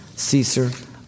Caesar